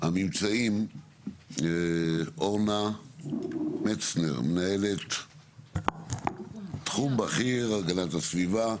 הממצאים אורנה מצגר, מנהלת תחום בכיר הגנת הסביבה,